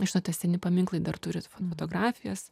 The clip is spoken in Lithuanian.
žinot tie seni paminklai dar turi fotografijas